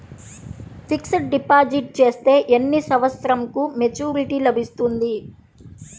Fixed deposit చేస్తే ఎన్ని సంవత్సరంకు మెచూరిటీ లభిస్తుంది?